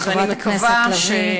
תודה, חברת כנסת לביא.